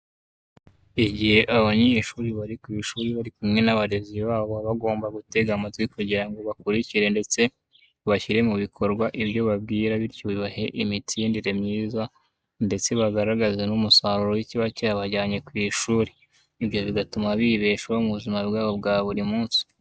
Igihe abanyeshuri bari ku ishuri bari kumwe n'abarezi babo baba bagomba gutega amatwi kugira ngo bakurikire ndetse bashyire mu bikorwa ibyo ubabwira bityo bagire imitsindire myiza ndetse bagaragaze n'umusaruro w'ikiba cyabajyanye ku ishuri, ibyo bigatuma bibeshaho mu buzima bwabo bwa buri munsi.